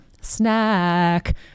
snack